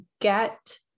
get